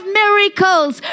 miracles